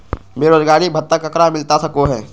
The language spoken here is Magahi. बेरोजगारी भत्ता ककरा मिलता सको है?